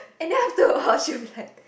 and then after a while she was like